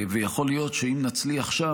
ויכול להיות שאם נצליח שם,